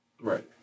right